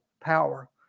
power